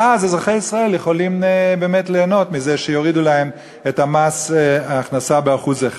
ואז אזרחי ישראל יכולים ליהנות מזה שיורידו להם את מס ההכנסה ב-1%.